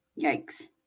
Yikes